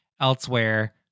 elsewhere